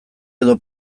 edo